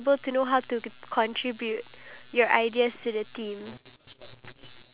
which I don't like then I will show you or give you